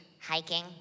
hiking